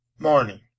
morning